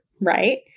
Right